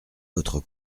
votre